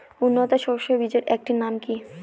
উন্নত সরষে বীজের একটি নাম কি?